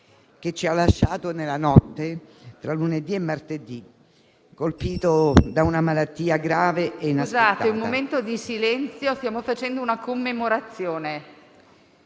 che ci ha lasciato nella notte tra lunedì e martedì, colpito da una malattia grave e inaspettata.